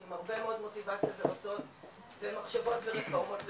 עם הרבה מוטיבציה ורצון ומחשבות ורפורמות,